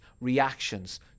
reactions